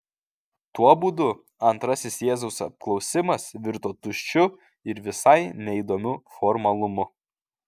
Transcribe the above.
tuo būdu antrasis jėzaus apklausimas virto tuščiu ir visai neįdomiu formalumu